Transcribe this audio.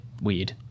weird